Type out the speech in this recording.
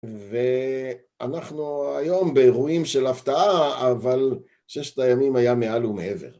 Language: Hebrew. ואנחנו היום באירועים של הפתעה אבל ששת הימים היה מעל ומעבר